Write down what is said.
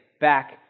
back